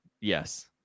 Yes